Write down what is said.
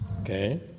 okay